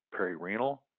perirenal